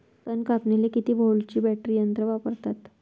तन कापनीले किती व्होल्टचं बॅटरी यंत्र वापरतात?